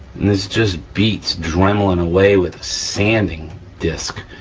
this just beats dremelin' away with a sanding disk,